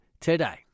today